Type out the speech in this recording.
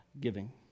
giving